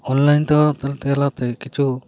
online ᱫᱚ ᱛᱟᱞᱟᱛᱮ ᱠᱤᱪᱷᱩ